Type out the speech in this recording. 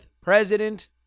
president